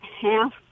half